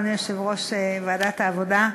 אדוני יושב-ראש ועדת העבודה,